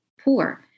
poor